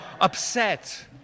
upset